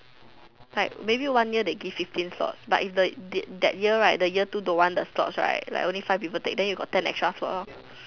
like maybe one year they give fifteen slots but if the that year right the year two don't want the slots right like only five people take then you got ten extra slots lor